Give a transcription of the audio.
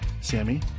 Sammy